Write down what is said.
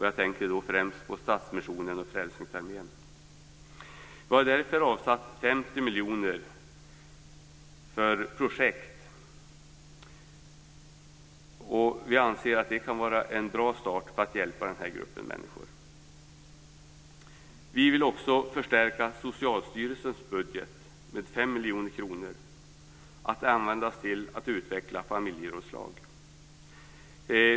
Jag tänker då främst på Stadsmissionen och Frälsningsarmén. Vi har därför avsatt 50 miljoner för projekt. Vi anser att det kan vara en bra start för att hjälpa den här gruppen människor. Vi vill också förstärka socialstyrelsens budget med 5 miljoner kronor att användas till att utveckla familjerådslag.